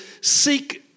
seek